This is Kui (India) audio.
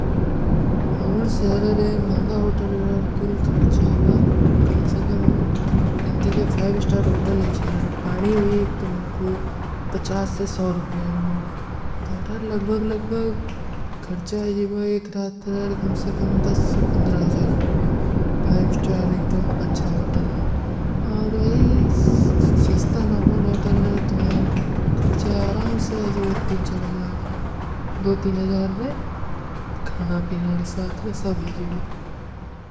ଅମର ସହରାରେ, ମହଁଗା ହୋଟଲ ରାର କୁଲ ଖର୍ଚ ଆଈବା, କମ ସେ କମ ଜିନତେ କେ ଫାଇବ ସ୍ଟାର ହୋଟଲ ହୈ ଚୀରାର, ପାଣୀ ଭୀ ତୁମ୍ହାଂକୂ ପଚାସ ସେ ସୌ ରୁପୀ ଆଈବା। ଅମର ସହରାରେ, ମହଁଗା ହୋଟଲ ରାର କୁଲ ଖର୍ଚ ଆଈବା।